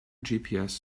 gps